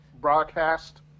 broadcast